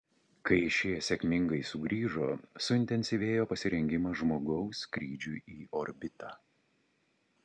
kai šie sėkmingai sugrįžo suintensyvėjo pasirengimas žmogaus skrydžiui į orbitą